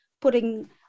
putting